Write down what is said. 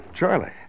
Charlie